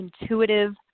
intuitive